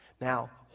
Now